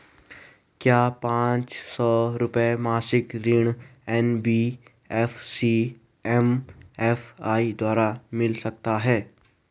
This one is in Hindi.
क्या पांच सौ रुपए मासिक ऋण एन.बी.एफ.सी एम.एफ.आई द्वारा मिल सकता है?